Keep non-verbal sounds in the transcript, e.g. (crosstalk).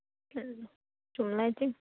(unintelligible)